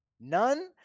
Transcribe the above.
none